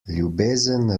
ljubezen